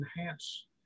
enhance